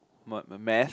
my my math